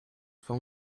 phone